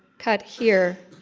cut here.